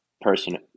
person